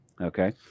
Okay